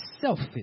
selfish